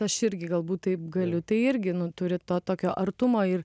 aš irgi galbūt taip galiu tai irgi nu turi to tokio artumo ir